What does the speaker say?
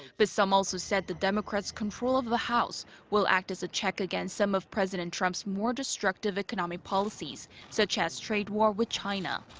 but some also said the democrats' control of the house will act as a check against some of president trump's more destructive economic policies such as a trade war with china.